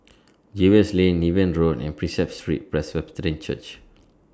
Jervois Lane Niven Road and Prinsep Street Presbyterian Church